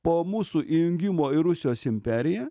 po mūsų įjungimo į rusijos imperiją